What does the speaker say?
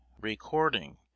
recording